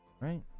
right